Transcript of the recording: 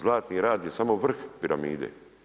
Zlatni rat je samo vrh piramide.